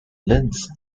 learns